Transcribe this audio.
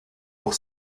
pour